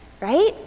right